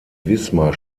wismar